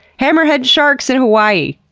hammerhead sharks in hawaii!